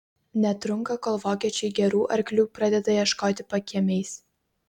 netrunka kol vokiečiai gerų arklių pradeda ieškoti pakiemiais